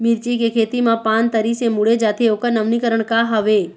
मिर्ची के खेती मा पान तरी से मुड़े जाथे ओकर नवीनीकरण का हवे?